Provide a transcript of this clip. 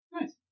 Nice